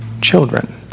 children